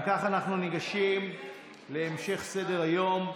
אם כך, אנחנו ניגשים להמשך סדר-היום,